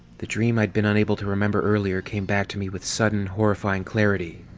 the dream i'd been unable to remember earlier came back to me with sudden, horrifying clarity.